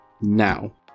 now